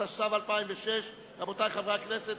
התשס"ו 2006. רבותי חברי הכנסת,